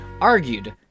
argued